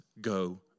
go